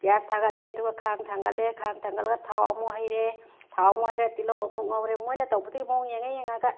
gas ꯊꯥꯒꯠꯂꯦ ꯑꯗꯨꯒ ꯈꯥꯡ ꯊꯥꯡꯒꯠꯂꯦ ꯈꯥꯡ ꯊꯥꯡꯒꯠꯂꯒ ꯊꯥꯎ ꯑꯃꯨꯛ ꯍꯩꯔꯦ ꯊꯥꯎ ꯑꯃꯨꯛ ꯍꯩꯔ ꯇꯤꯜꯍꯧ ꯑꯃꯨꯛ ꯉꯧꯔꯦ ꯃꯣꯏꯅ ꯇꯧꯕꯗꯨꯒ ꯃꯑꯣꯡ ꯌꯦꯡꯉ ꯌꯦꯡꯉꯒ